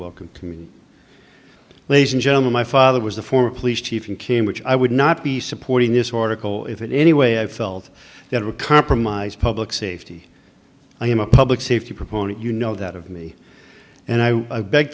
me ladies and gentlemen my father was a former police chief and kim which i would not be supporting this article if it in any way i felt that a compromise public safety i am a public safety proponent you know that of me and i i beg